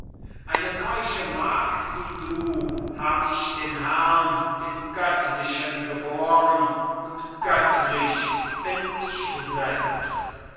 eine keusche magd wie du hab ich den herrn den göttlichen geboren und göttlich bin ich selbst